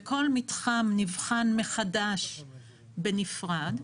וכל מתחם נבחן מחדש בנפרד.